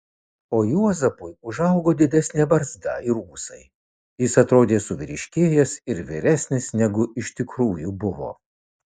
o juozapui užaugo didesnė barzda ir ūsai jis atrodė suvyriškėjęs ir vyresnis negu iš tikrųjų buvo